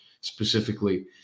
specifically